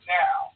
now